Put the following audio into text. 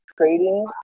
trading